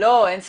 אין ספק.